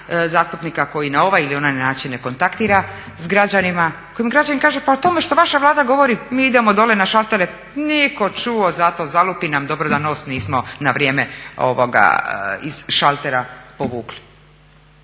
koji na ovaj ili onaj način ne kontaktira s građanima, kojem građanin kaže pa o tome što vaša Vlada govori mi idemo dolje na šaltere, nitko čuo za to, zalupi nam dobro da nos nismo na vrijeme iz šaltera povukli.